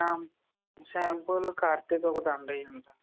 షాంపోలు కార్తీక ఒక దండ వెయ్యండి